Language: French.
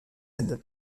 aide